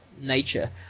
nature